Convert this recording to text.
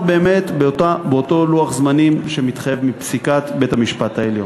באמת באותו לוח זמנים שמתחייב מפסיקת בית-המשפט העליון.